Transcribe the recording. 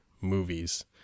movies